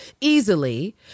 easily